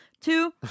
Two